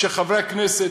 שחברי הכנסת,